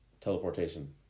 teleportation